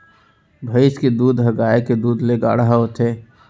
भईंस के दूद ह गाय के दूद ले गाढ़ा होथे